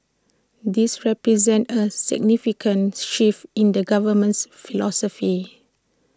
this represents A significant shift in the government's philosophy